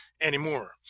anymore